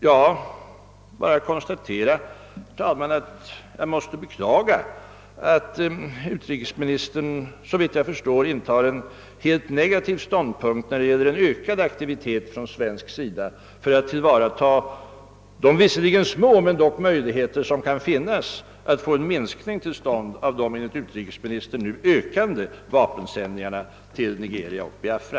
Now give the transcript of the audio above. Jag kan bara konstatera, herr talman, att jag måste beklaga att utrikesministern — såvitt jag förstår — intar en helt negativ ståndpunkt när det gäller en ökad aktivitet från svenska rege ringens sida för att tillvarata de visserligen små men dock möjligheter som kan finnas att få till stånd en minskning av de enligt utrikesministern nu ökande vapensändningarna till Nigeria och Biafra.